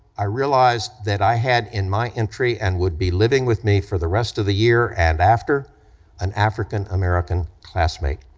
i realized that i had in my entry and would be living with me for the rest of the year and after an african-american classmate.